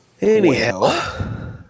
Anyhow